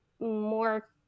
more